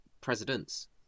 presidents